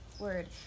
word